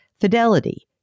Fidelity